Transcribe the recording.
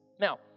Now